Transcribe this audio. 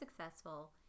successful